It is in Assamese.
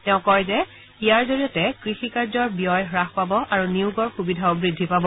তেওঁ কয় যে ইয়াৰ জৰিয়তে কৃষি কাৰ্যৰ ব্যয় হ্ৰাস পাব আৰু নিয়োগৰ সুবিধাও বৃদ্ধি পাব